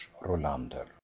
Rolander